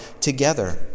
together